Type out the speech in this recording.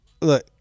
look